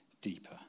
deeper